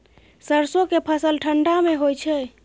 सरसो के फसल ठंडा मे होय छै?